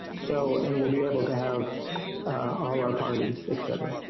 so and we'll be able to have all our parties, et cetera.